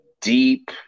deep